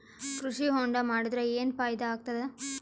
ಕೃಷಿ ಹೊಂಡಾ ಮಾಡದರ ಏನ್ ಫಾಯಿದಾ ಆಗತದ?